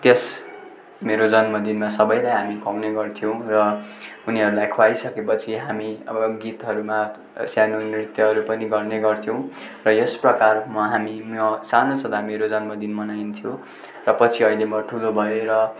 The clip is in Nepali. त्यस मेरो जन्मदिनमा सबैलाई हामी खुवाउने गर्थ्यौँ र उनीहरूलाई खुवाइसकेपछि हामी अब गीतहरूमा सानो नृत्यहरू पनि गर्ने गर्थ्यौँ र यसप्रकार म हामी म सानो छँदा मेरो जन्मदिन मनाइन्थ्यो र पछि अहिले म ठुलो भएर